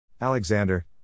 Alexander